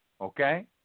okay